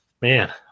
man